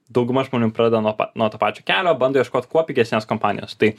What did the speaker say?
dauguma žmonių pradeda nuo nuo to pačio kelio bando ieškot kuo pigesnės kompanijos tai